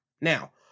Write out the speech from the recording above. Now